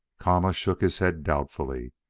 kama shook his head doubtfully,